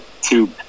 two